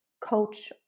coach